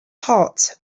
hot